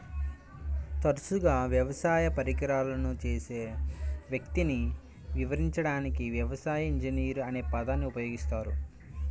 తరచుగా వ్యవసాయ పరికరాలను చేసే వ్యక్తిని వివరించడానికి వ్యవసాయ ఇంజనీర్ అనే పదాన్ని ఉపయోగిస్తారు